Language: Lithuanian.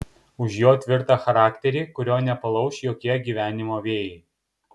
už jo tvirtą charakterį kurio nepalauš jokie gyvenimo vėjai